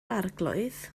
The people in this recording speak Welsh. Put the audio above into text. arglwydd